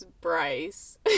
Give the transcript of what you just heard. Bryce